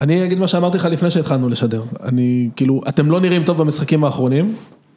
אני אגיד מה שאמרתי לך לפני שהתחלנו לשדר, אני, כאילו, אתם לא נראים טוב במשחקים האחרונים.